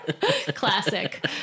classic